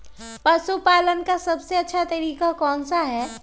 पशु पालन का सबसे अच्छा तरीका कौन सा हैँ?